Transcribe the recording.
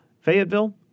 Fayetteville